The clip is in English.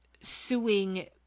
suing